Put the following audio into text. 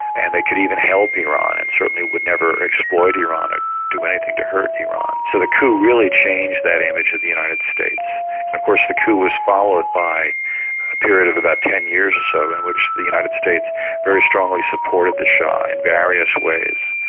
and they could even help iran and certainly would never exploit iran and do anything to hurt iran. so the coup really changed that image of the united states. and of course the coup was followed by a period of about ten years or so, in which the united states very strongly supported the shah in various ways.